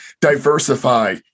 diversify